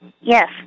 Yes